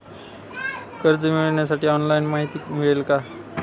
कर्ज मिळविण्यासाठी ऑनलाइन माहिती मिळेल का?